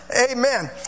Amen